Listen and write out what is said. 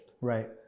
Right